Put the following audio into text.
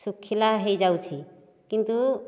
ଶୁଖିଲା ହୋଇଯାଉଛି କିନ୍ତୁ